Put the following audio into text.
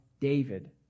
David